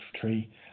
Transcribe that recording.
tree